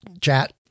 chat